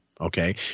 Okay